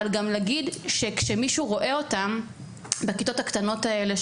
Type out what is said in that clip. אבל גם להגיד שכשמישהו רואה אותם בכיתות הקטנות האלה,